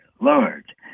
Lord